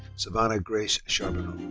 savannah grace charbonneau.